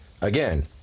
again